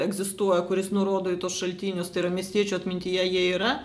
egzistuoja kuris nurodo į tuos šaltinius tai yra miestiečių atmintyje jie yra